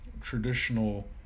traditional